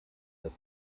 der